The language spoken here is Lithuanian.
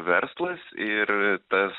verslas ir tas